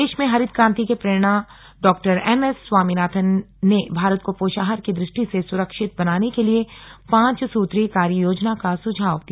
देश में हरित क्रांति के प्रणेता डॉक्टर एम एस स्वामीनाथन ने भारत को पोषाहार की दृष्टि से सुरक्षित बनाने के लिए पांच सूत्री कार्य योजना का सुझाव दिया